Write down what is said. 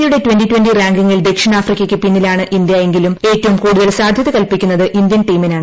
യുടെ twenty twenty റാംങ്കിംങ്ങിൽ ദക്ഷിണാഫ്രിക്കയ്ക്ക് പിന്നിലാണ് ഇന്ത്യ എങ്കിലും ഏറ്റവും കൂടുത്തൽ സാധ്യത കല്പിക്കുന്നത് ഇന്ത്യൻ ടീമിനാണ്